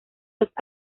los